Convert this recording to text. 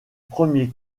premier